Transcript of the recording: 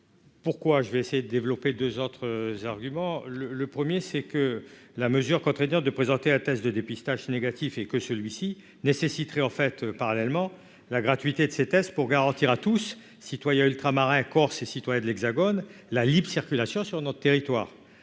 pourquoi, je vais essayer de développer 2 autres arguments le le 1er c'est que la mesure contraignante de présenter un test de dépistage négatif et que celui-ci nécessiterait en fait parallèlement la gratuité de ces tests pour garantir à tous citoyens ultramarins Corse et citoyens de l'Hexagone, la libre-circulation sur notre territoire,